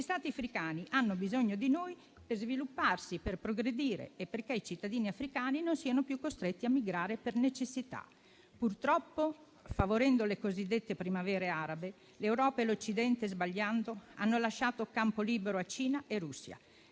Gli Stati africani hanno bisogno di noi per svilupparsi, per progredire e perché i cittadini africani non siano più costretti a migrare per necessità. Purtroppo, favorendo le cosiddette primavere arabe, l'Europa e l'Occidente, sbagliando, hanno lasciato campo libero a Cina e Russia.